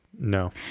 No